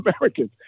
Americans